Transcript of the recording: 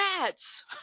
rats